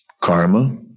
karma